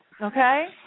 Okay